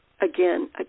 again